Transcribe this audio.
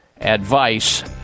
advice